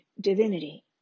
divinity